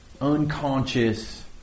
unconscious